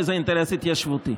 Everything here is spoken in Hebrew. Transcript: כי זה אינטרס התיישבותי.